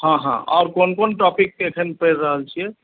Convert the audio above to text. हॅं हॅं आर कोन कोन टॉपिक के एखन पढ़ि रहल छी